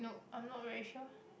I'm not very sure